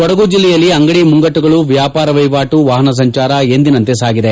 ಕೊಡಗು ಜಿಲ್ಲೆಯಲ್ಲಿ ಅಂಗಡಿ ಮುಂಗಟ್ಟುಗಳು ವ್ಯಾಪಾರ ವಹಿವಾಟು ವಾಹನ ಸಂಚಾರ ಎಂದಿನಂತೆ ಸಾಗಿದೆ